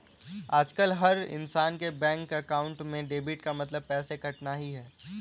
आजकल हर इन्सान के बैंक अकाउंट में डेबिट का मतलब पैसे कटना ही है